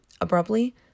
Abruptly